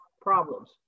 problems